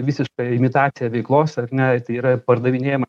visiška imitacija veiklos ar ne tai yra pardavinėjama